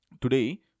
Today